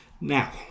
Now